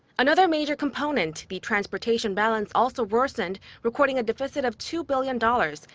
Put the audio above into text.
another major component, the transportation balance, also worsened, recording a deficit of two billion dollars,